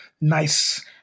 nice